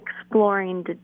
exploring